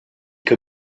que